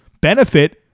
benefit